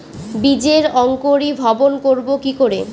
বীজের অঙ্কোরি ভবন করব কিকরে?